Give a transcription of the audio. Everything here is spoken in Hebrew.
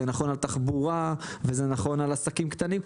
נכון על תחבורה וזה נכון על עסקים קטנים,